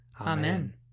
Amen